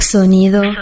sonido